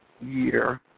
year